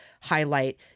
highlight